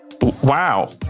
Wow